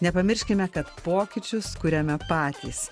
nepamirškime kad pokyčius kuriame patys